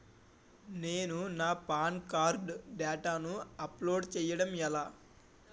నేను నా PAN card డేటాను అప్లోడ్ చేయడం ఎలా?